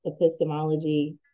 epistemology